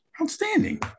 Outstanding